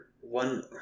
one